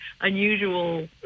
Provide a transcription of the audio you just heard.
unusual